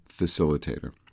Facilitator